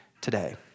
today